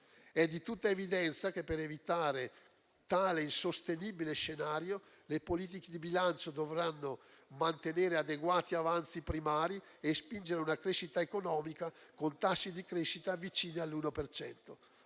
È di tutta evidenza che, per evitare tale insostenibile scenario, le politiche di bilancio dovranno mantenere adeguati avanzi primari e spingere una crescita economica con tassi di crescita vicini all'uno